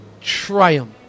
triumph